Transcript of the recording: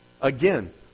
Again